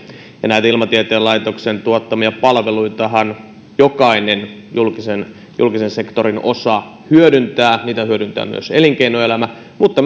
ja näitä ilmatieteen laitoksen tuottamia palveluitahan jokainen julkisen julkisen sektorin osa hyödyntää niitä hyödyntää myös elinkeinoelämä mutta